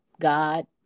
God